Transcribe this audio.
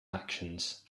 actions